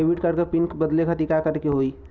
Debit card क PIN बदले खातिर का करेके होई?